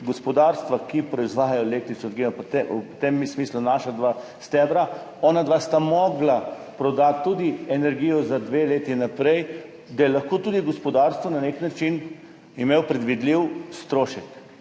gospodarstvo, ki proizvaja električno energijo v tem smislu, naša dva stebra, onadva sta mogla prodati tudi energijo za dve leti vnaprej, da je lahko imelo tudi gospodarstvo na nek način predvidljiv strošek,